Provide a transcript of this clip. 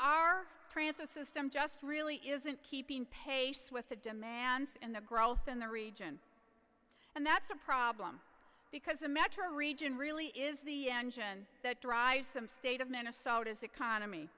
our transit system just really isn't keeping pace with the demands and the growth in the region and that's a problem because the metro region really is the engine that drives them state of minnesota's economy